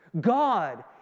God